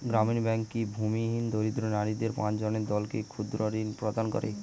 গ্রামীণ ব্যাংক কি ভূমিহীন দরিদ্র নারীদের পাঁচজনের দলকে ক্ষুদ্রঋণ প্রদান করে?